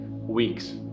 weeks